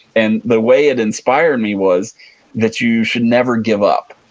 and the way it inspired me was that you should never give up.